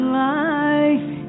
life